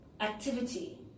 activity